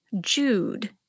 Jude